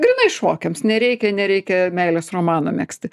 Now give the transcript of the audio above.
grynai šokiams nereikia nereikia meilės romaną megzti